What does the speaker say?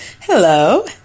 Hello